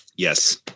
Yes